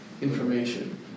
information